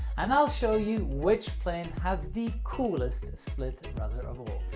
and i'll show you which plane has the coolest split rudder of all!